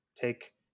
take